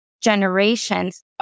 generations